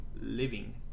Living